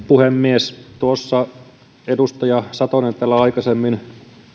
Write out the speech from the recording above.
puhemies edustaja satonen täällä aikaisemmin